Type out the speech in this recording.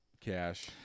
cash